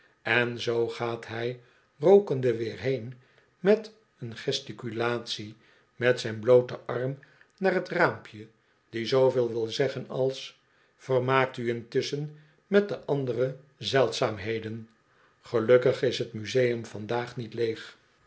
en zoo gaat hy rookende weer heen met een gesticulatie met zyn blooten arm naar t raampje die zooveel wil zeggen als vermaakt u intusschen met de andere zeldzaamheden gelukkig is t museum vandaag niet leeg